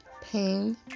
pain